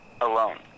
alone